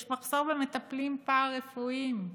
יש מחסור במטפלים פרה-רפואיים.